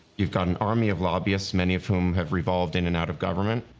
you've got an army of lobbyists, many of whom have revolved in and out of government,